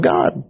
God